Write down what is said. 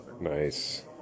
Nice